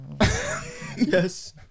Yes